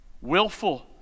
willful